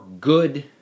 good